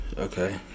Okay